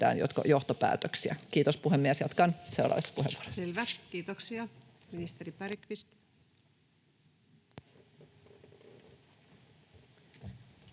johtopäätöksiä. — Kiitos puhemies, jatkan seuraavassa puheenvuorossa.